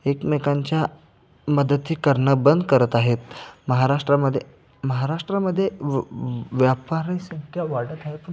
एकमेकांच्या मदती करणं बंद करत आहेत महाराष्ट्रामध्ये महाराष्ट्रामध्ये व व्यापारी संख्या वाढत आहे पण